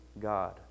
God